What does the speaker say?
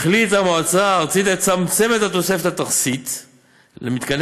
החליטה המועצה הארצית לצמצם את תוספת התכסית למתקני